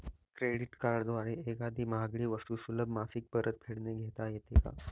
Credit कार्डद्वारे एखादी महागडी वस्तू सुलभ मासिक परतफेडने घेता येते का?